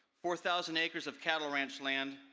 four thousand acres of cattle ranch land,